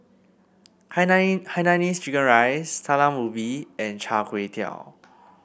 Hainanese Chicken Rice Talam Ubi and Char Kway Teow